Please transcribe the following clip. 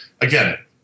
Again